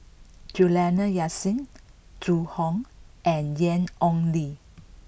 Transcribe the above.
Juliana Yasin Zhu Hong and Ian Ong Li